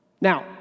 Now